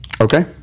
Okay